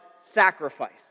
sacrifice